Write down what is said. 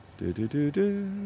doo doo doo doo